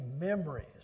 memories